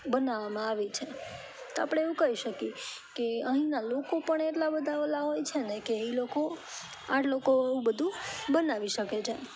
બનાવવામાં આવી છે તો આપણે એવું કહી શકીએ કે અહીંયા લોકો પણ એટલાં બધા ઓલા હોય છે ને કે એ લોકો આ લોકો બધું બનાવી શકે છે